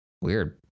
weird